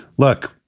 look,